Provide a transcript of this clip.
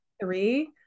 three